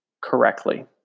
correctly